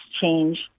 change